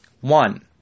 One